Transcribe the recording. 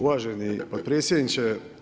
Uvaženi potpredsjedniče.